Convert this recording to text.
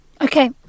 Okay